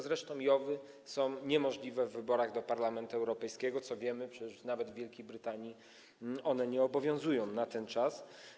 Zresztą JOW-y są niemożliwe w wyborach do Parlamentu Europejskiego, co wiemy, przecież nawet w Wielkiej Brytanii one nie obowiązują w tym czasie.